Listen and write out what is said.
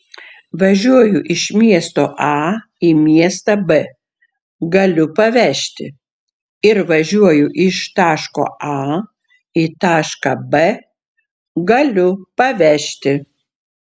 važiuoju iš miesto a į miestą b galiu pavežti ir važiuoju iš taško a į tašką b galiu pavežti